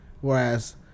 whereas